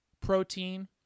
protein